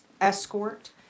escort